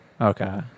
Okay